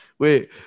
Wait